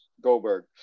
Goldberg